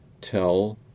tell